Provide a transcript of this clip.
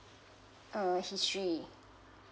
ah history